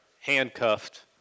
handcuffed